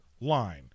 line